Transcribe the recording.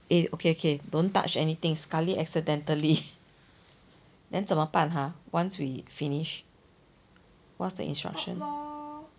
eh okay okay don't touch anything sekali accidentally then 怎么办 ha once we finish what's the instruction